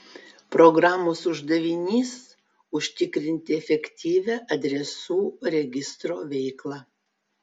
programos uždavinys užtikrinti efektyvią adresų registro veiklą